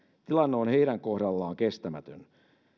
tilanne on heidän kohdallaan kestämätön